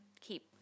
keep